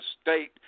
state